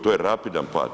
To je rapidan pad.